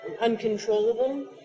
uncontrollable